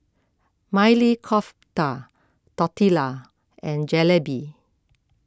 Maili Kofta Tortillas and Jalebi